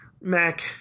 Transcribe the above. Mac